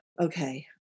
okay